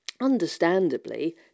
understandably